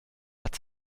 hat